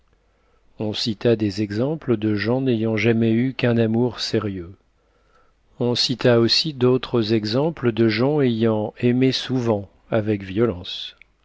on cita des exemples de gens n'ayant jamais eu qu'un amour sérieux on cita aussi d'autres exemples de gens ayant aimé souvent avec violence